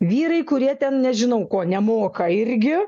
vyrai kurie ten nežinau ko nemoka irgi